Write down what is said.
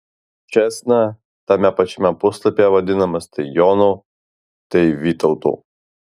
čėsna tame pačiame puslapyje vadinamas tai jonu tai vytautu